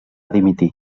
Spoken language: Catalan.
dimitir